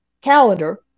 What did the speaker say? calendar